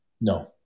No